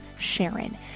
Sharon